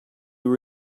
were